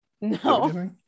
No